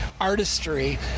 artistry